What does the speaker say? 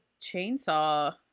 chainsaw